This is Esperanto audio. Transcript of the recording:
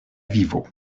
vivo